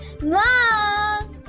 Mom